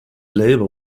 label